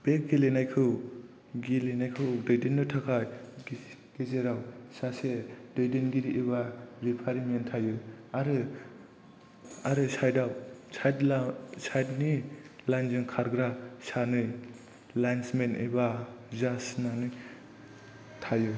बे गेलेनायखौ दैदेननो थाखाय गेजेराव सासे दैदेनगिरि एबा रेफारि मेन थायो आरो आरो साइड नि लाइन जों खारग्रा सानै लाइन्समेन एबा जाज होननानै थायो